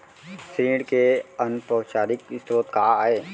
ऋण के अनौपचारिक स्रोत का आय?